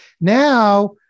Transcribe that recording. Now